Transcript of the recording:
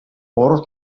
гурав